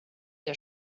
der